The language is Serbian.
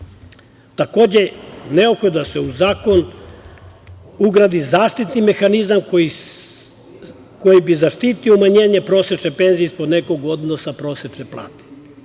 neophodno je da se u zakon ugradi zaštitni mehanizam koji bi zaštitio umanjenje prosečne penzije ispod nekog odnosa prosečne plate,